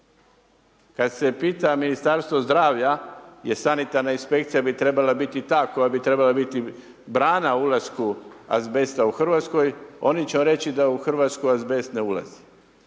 Kada se pita Ministarstvo zdravlja jer sanitarna inspekcija bi trebala biti ta koja bi trebala biti brana ulasku azbesta u Hrvatskoj, oni će vam reći da u Hrvatsku azbest ne ulazi.